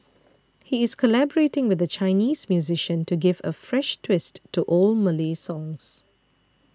he is collaborating with a Chinese musician to give a fresh twist to old Malay songs